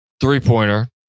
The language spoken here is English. three-pointer